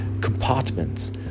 compartments